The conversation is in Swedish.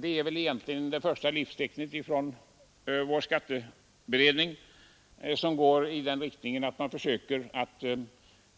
Det är väl egentligen det första tecknet på att skatteberedningen försöker